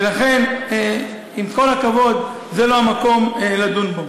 ולכן, עם כל הכבוד, זה לא המקום לדון בו.